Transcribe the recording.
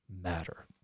matter